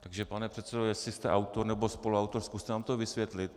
Takže pane předsedo , jestli jste autor nebo spoluautor, zkuste nám to vysvětlit.